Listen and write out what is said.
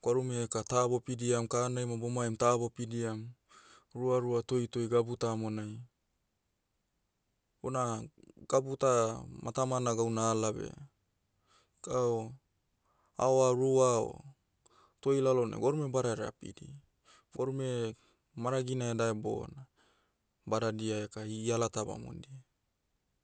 Gwarume eka ta bopidiam kahanai ma bomaim ta bopidiam, ruarua toitoi gabu tamonai. Una, gabu ta, matamana gauna ala beh, kao, aoarua o, toi lalonai gwarume badaherea apidi. Gwarume, maragina edae bona, badadia eka ialata bamondia.